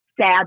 sad